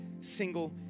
single